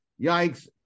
Yikes